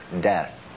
death